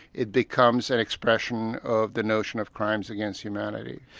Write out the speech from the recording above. it becomes an expression of the notion of crimes against humanity.